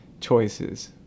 choices